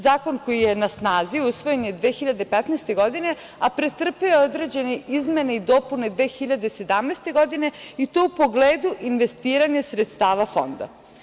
Zakon koji je na snazi usvojen 2015. godine, a pretrpeo je određene izmene i dopune 2017. godine i to u pogledu investiranja sredstava fonda.